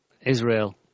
Israel